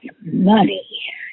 money